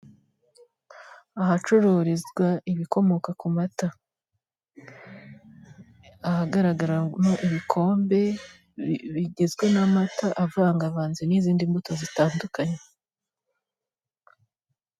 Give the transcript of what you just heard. Ahacururizwa ibikomoka ku mata ahagaragaramo ibikombe bigizwe n'amata avangavanze n'izindi mbuto zitandukanye.